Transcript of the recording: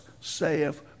saith